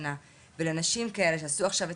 קיבלה את הארוחה החמה והיום זה לא קורה ואני מחפשת פתרונות,